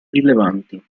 rilevanti